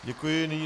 Děkuji.